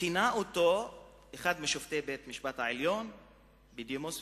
כינה אותו אחד משופטי בית-המשפט העליון בדימוס,